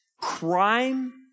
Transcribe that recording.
crime